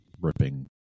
ripping